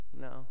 No